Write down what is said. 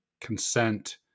consent